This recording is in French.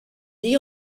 dits